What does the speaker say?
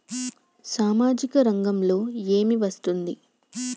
సామాజిక రంగంలో ఏమి వస్తుంది?